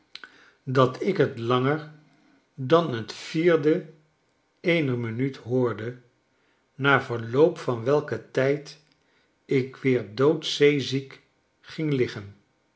dat ik j t langer dan t vierde eener minuut hoorde na verloop van welken tijd ik weer doodzeeziek ging liggen